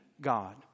God